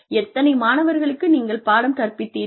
எத்தனை மாணவர்களுக்கு நீங்கள் பாடம் கற்பித்தீர்கள்